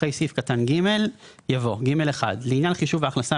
אחרי סעיף קטן (ג) יבוא: "(ג1) לעניין חישוב ההכנסה